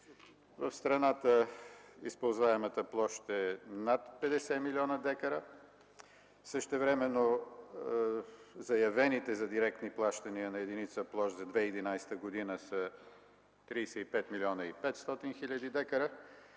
в страната използваемата площ е над 50 млн. дка, същевременно заявените за директни плащания на единица площ за 2011 г. са 35 млн. 500 хил. дка,